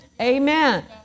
Amen